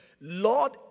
Lord